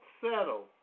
settle